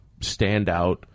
standout